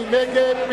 מי נגד?